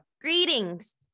greetings